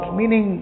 meaning